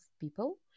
people